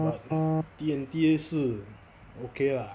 but D&D 是 okay lah